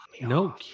No